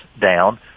down